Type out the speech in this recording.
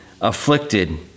afflicted